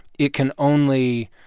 it can only,